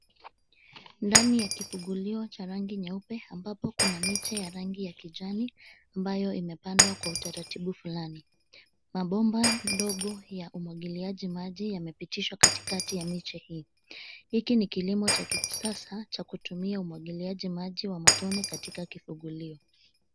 Ndani ya kifugulio cha rangi nyeupe ambapo kuna miche ya rangi ya kijani ambayo imepandwa kwa utaratibu fulani. Mabomba ndogo ya umwagiliaji maji yamepitishwa katikati ya miche hii. Hiki ni kilimo cha kisasa cha kutumia umwagiliaji maji wa matone katika kifugulio.